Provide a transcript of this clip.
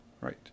Right